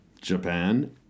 Japan